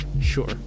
Sure